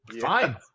Fine